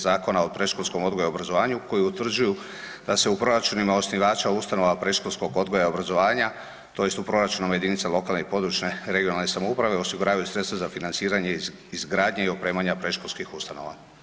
Zakona o predškolskom odgoju i obrazovanju koji utvrđuju da se u proračunima osnivača ustanova predškolskog odgoja i obrazovanja tj. u proračunima jedinica lokalne i područne (regionalne) samouprave osiguravaju sredstva za financiranje iz izgradnje i opremanja predškolskih ustanova.